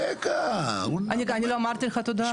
רגע אני לא אמרתי לך תודה,